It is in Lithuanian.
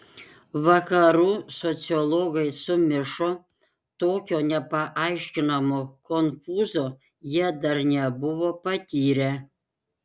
vakarų sociologai sumišo tokio nepaaiškinamo konfūzo jie dar nebuvo patyrę